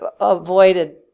avoided